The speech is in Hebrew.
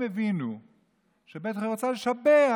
הם הבינו שבטח היא רוצה לשבח